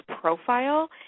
profile